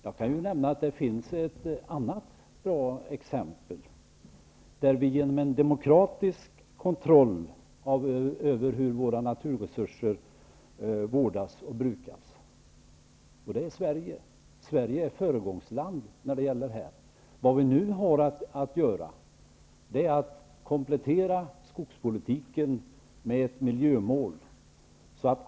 Jag kan nämna ett annat bra exempel på att naturresurser vårdas och brukas genom demokratisk kontroll, och det är Sverige -- där är Sverige ett föregångsland. Vad vi nu har att göra är att komplettera skogspolitiken med ett miljömål.